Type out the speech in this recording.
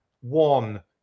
One